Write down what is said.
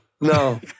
No